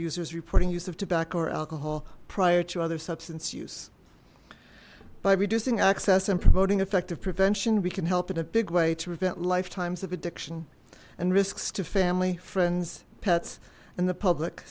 users reporting use of tobacco or alcohol prior to other substance use by reducing access and promoting effective prevention we can help in a big way to prevent lifetimes of addiction and risks to family friends pets and the public